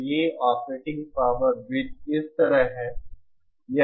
तो ये operating power वृत्त इस तरह हैं